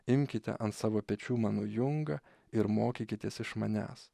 imkite ant savo pečių mano jungą ir mokykitės iš manęs